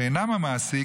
שאינם המעסיק,